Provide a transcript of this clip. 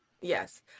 Yes